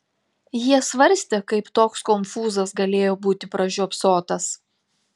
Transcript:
jie svarstė kaip toks konfūzas galėjo būti pražiopsotas